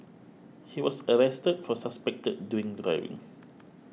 he was arrested for suspected drink driving